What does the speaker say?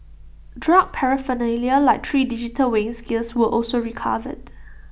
drug paraphernalia like three digital weighing scales were also recovered